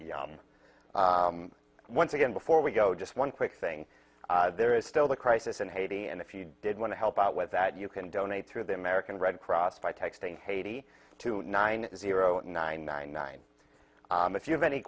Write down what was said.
free once again before we go just one quick thing there is still the crisis in haiti and if you did want to help out with that you can donate through the american red cross by texting haiti to nine zero nine nine nine if you have any